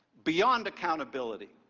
beyond accountability.